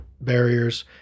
barriers